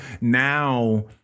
Now